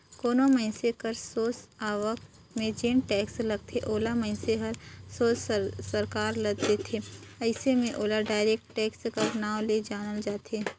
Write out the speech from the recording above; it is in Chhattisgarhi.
कोनो मइनसे कर सोझ आवक में जेन टेक्स लगथे ओला मइनसे हर सोझ सरकार ल देथे अइसे में ओला डायरेक्ट टेक्स कर नांव ले जानल जाथे